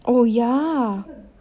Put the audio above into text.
oh yeah